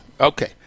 Okay